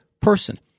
person